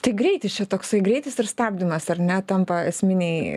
tai greitis čia toksai greitis ir stabdymas ar ne tampa esminiai